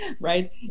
right